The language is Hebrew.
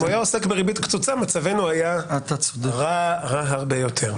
אם הוא היה עוסק בריבית קצוצה מצבנו היה רע הרבה יותר.